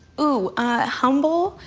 ooh, ah humble,